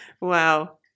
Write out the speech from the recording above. Wow